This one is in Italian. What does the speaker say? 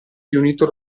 riunito